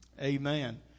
Amen